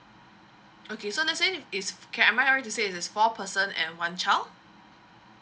okay so let's say it's can I am I right to say there's four person and one child